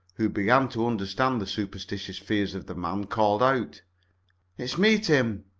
who began to understand the superstitious rears of the man, called out it's me, tim!